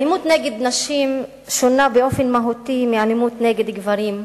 אלימות נגד נשים שונה באופן מהותי מאלימות נגד גברים,